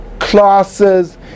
classes